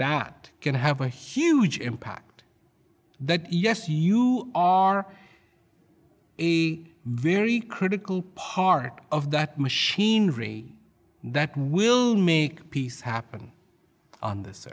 that can have a huge impact then yes you are a very critical part of that machinery that will make peace happen on this